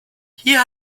hier